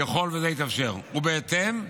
ככל שזה יתאפשר, ובהתאם,